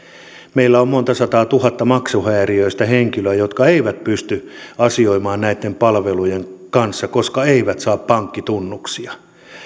meillä on monta sataa tuhatta maksuhäiriöistä henkilöä jotka eivät pysty asioimaan näitten palvelujen kanssa koska eivät saa pankkitunnuksia